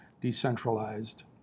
decentralized